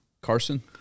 Carson